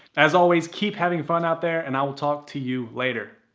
as always keep having fun out there, and i will talk to you later.